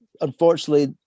unfortunately